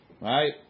Right